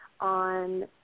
on